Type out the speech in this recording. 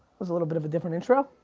was a little bit of a different intro.